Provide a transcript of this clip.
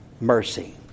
mercy